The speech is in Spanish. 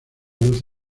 luz